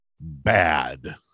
bad